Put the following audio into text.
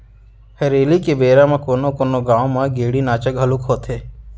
हरेली के बेरा म कोनो कोनो गाँव म गेड़ी नाचा घलोक होथे